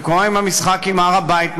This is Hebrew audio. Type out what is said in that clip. וכמו עם המשחק עם הר הבית,